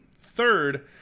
third